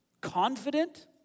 confident